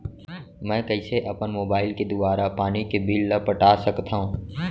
मैं कइसे अपन मोबाइल के दुवारा पानी के बिल ल पटा सकथव?